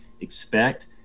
expect